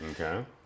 Okay